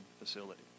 facility